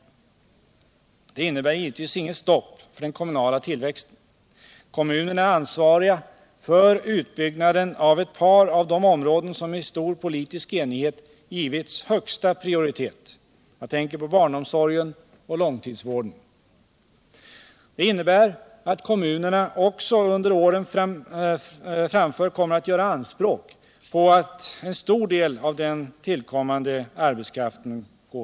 Detta innebär givetvis inget stopp för den kommunala tillväxten. Kommunerna är ansvariga för utbyggnaden på ett par av de områden som i stor politisk enighet givits högsta prioritet — jag tänker på barnomsorgen och långtidsvården. Det innebär att kommunerna även under åren framöver kommer att göra anspråk på den tillkommande arbetskraften.